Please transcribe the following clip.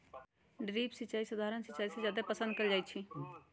drip सिंचाई सधारण सिंचाई से जादे पसंद कएल जाई छई